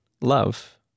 love